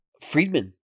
Friedman